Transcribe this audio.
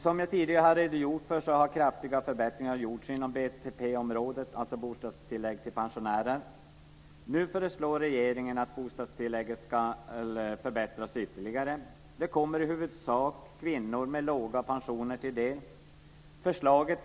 Som jag tidigare har redogjort för har kraftiga förbättringar gjorts inom BTP, alltså bostadstillägg till pensionärer. Nu föreslår regeringen att bostadstillägget ska förbättras ytterligare. Det kommer i huvudsak kvinnor med låga pensioner till del.